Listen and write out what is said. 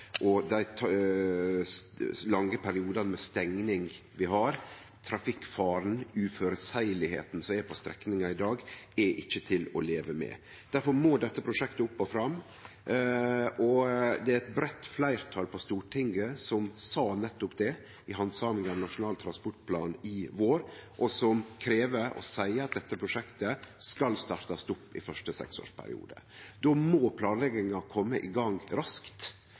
dag, er ikkje til å leve med. Difor må dette prosjektet opp og fram. Det er eit breitt fleirtal på Stortinget som sa nettopp det i handsaminga av Nasjonal transportplan i vår, og som krev og seier at dette prosjektet skal startast opp i den første seksårsperioden. Då må planlegginga kome i gang raskt.